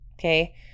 Okay